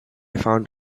found